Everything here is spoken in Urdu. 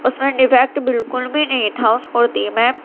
اس میں ڈیفیکٹ بالکل بھی نہیں تھا اس کرتی میں